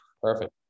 Perfect